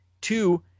two